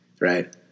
Right